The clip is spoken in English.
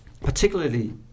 particularly